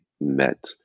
met